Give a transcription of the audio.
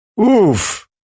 Oof